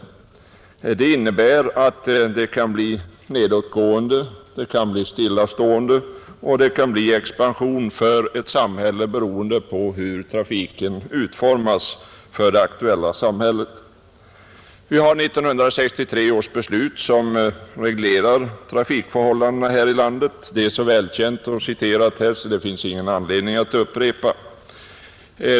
Det innebär att samhällets utveckling kan bli nedåtgående, stillastående eller expanderande, beroen de på hur trafiken utformas för det aktuella samhället. I 1963 års beslut regleras trafikförhållandena här i landet — det är så välkänt och citerat här att det inte finns någon anledning för mig att upprepa vad det går ut på.